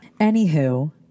anywho